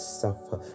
suffer